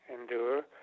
endure